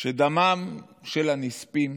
שדמם של הנספים